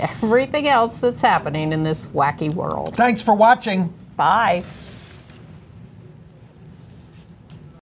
everything else that's happening in this wacky world thanks for watching by